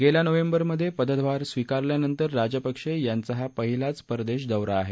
गेल्या नोव्हेंबरमधे पदभार स्वीकारल्यानंतर राजपक्षे यांचा हा पहिलाच परदेश दौरा आहे